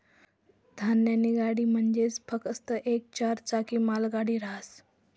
धान्यनी गाडी म्हंजी फकस्त येक चार चाकी मालगाडी रहास